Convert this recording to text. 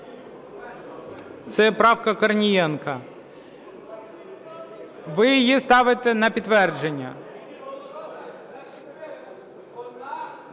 Це правка Корнієнка. Ви її ставите на підтвердження?